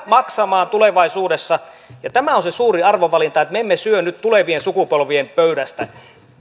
maksamaan tulevaisuudessa ja tämä on se suuri arvovalinta että me emme syö nyt tulevien sukupolvien pöydästä